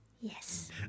Yes